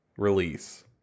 release